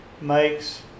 makes